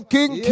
King